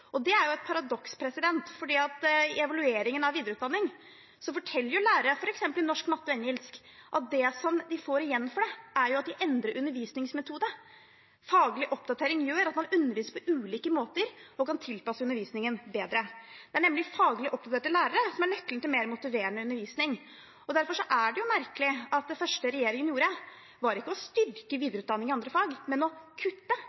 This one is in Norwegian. Og det er jo et paradoks, for i evalueringen av videreutdanning forteller lærere i f.eks. norsk, matte og engelsk at det de får igjen for det, er at de endrer undervisningsmetode. Faglig oppdatering gjør at man underviser på ulike måter og kan tilpasse undervisningen bedre. Det er nemlig faglig oppdaterte lærere som er nøkkelen til mer motiverende undervisning. Derfor er det merkelig at det første regjeringen gjorde, ikke var å styrke videreutdanning i andre fag, men å kutte